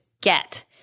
get